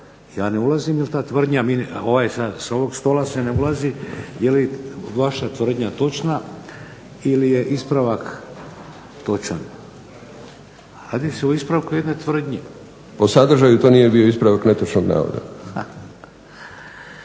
Ja ne ulazim je li ta tvrdnja, sa ovog stola se ne ulazi je li vaša tvrdnja točna ili je ispravak točan. Radi se o ispravku jedne tvrdnje. **Pupovac, Milorad (SDSS)** Po sadržaju to nije bio ispravak netočnog navoda.